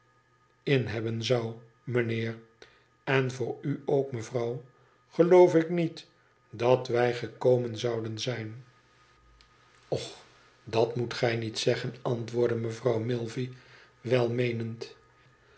inheb ben zou mijnheer en voor u ook mevrouw geloofik niet dat wij ge komen zouden zijn ocb dat moet gij niet zeggen antwoordde mevrouw milvey welmeenend